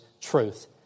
truth